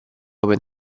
open